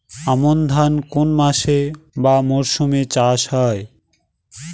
আমন ধান কোন মাসে বা মরশুমে চাষ হয়?